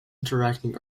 interacting